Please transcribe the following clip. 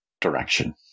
direction